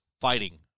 fighting